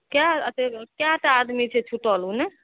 कए अते कएटा आदमी छै छुटल ओने